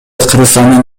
кыргызстандын